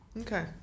Okay